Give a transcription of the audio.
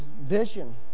vision